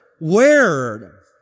where